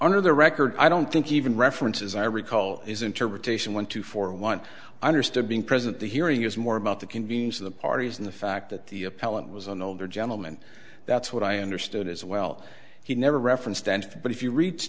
under the record i don't think even references i recall is interpretation when two for one understood being present the hearing is more about the convenience of the parties in the fact that the appellant was an older gentleman that's what i understood as well he never referenced and but if you rea